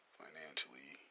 financially